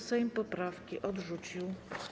Sejm poprawki odrzucił.